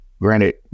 Granted